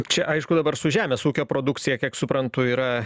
čia aišku dabar su žemės ūkio produkcija kiek suprantu yra